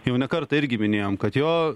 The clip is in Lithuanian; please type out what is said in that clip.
jau ne kartą irgi minėjom kad jo